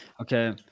okay